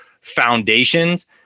foundations